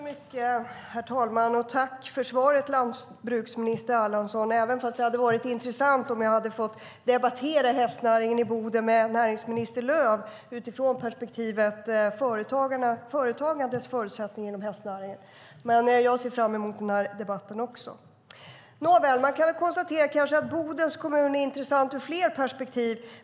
Herr talman! Jag tackar landsbygdsminister Erlandsson för svaret, även om det hade varit intressant att få debattera hästnäringen i Boden med näringsminister Lööf utifrån perspektivet företagandets förutsättningar inom hästnäringen. Men jag ser fram emot denna debatt också. Nåväl - man kan konstatera att Bodens kommun är intressant ur flera perspektiv.